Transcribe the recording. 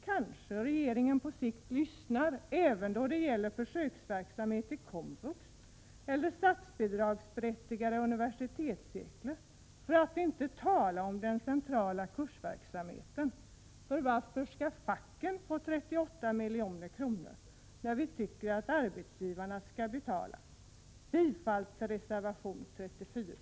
Kanske regeringen på sikt lyssnar även då det gäller försöksverksamhet i komvux eller statsbidragsberättigade universitetscirklar, för att inte tala om den centrala kursverksamheten. Varför skall facken få 38 milj.kr., när vi tycker att arbetsgivarna skall betala? Jag yrkar bifall till reservation 34.